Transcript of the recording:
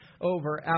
Over